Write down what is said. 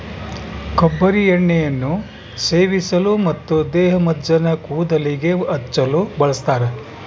ಕೊಬ್ಬರಿ ಎಣ್ಣೆಯನ್ನು ಸೇವಿಸಲು ಮತ್ತು ದೇಹಮಜ್ಜನ ಕೂದಲಿಗೆ ಹಚ್ಚಲು ಬಳಸ್ತಾರ